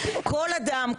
כל אדם,